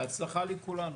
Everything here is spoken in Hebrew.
בהצלחה לכולנו.